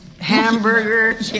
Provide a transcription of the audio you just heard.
Hamburger